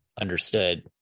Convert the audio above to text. understood